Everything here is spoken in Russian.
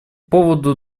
поводу